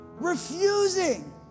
Refusing